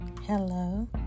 hello